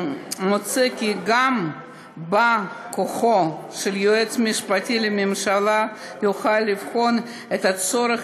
מוצע כי גם בא-כוחו של היועץ המשפטי לממשלה יוכל לבחון את הצורך